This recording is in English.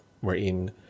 wherein